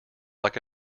like